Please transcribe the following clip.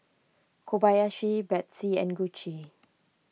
Kobayashi Betsy and Gucci